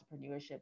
entrepreneurship